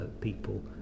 people